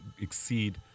exceed